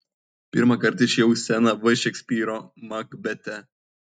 pirmą kartą išėjau į sceną v šekspyro makbete